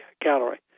Gallery